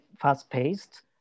fast-paced